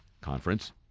conference